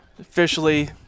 officially